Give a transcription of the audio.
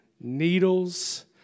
needles